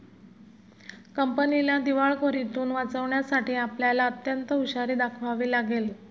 कंपनीला दिवाळखोरीतुन वाचवण्यासाठी आपल्याला अत्यंत हुशारी दाखवावी लागेल